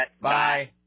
Bye